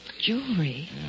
Jewelry